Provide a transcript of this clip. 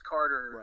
Carter